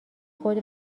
خود